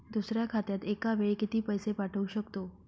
दुसऱ्या खात्यात एका वेळी किती पैसे पाठवू शकतो?